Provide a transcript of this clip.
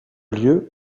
lieu